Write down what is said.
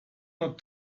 not